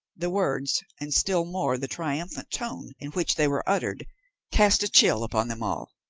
the words and still more the triumphant tone in which they were uttered cast a chill upon them all.